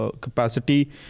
capacity